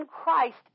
Christ